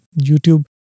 YouTube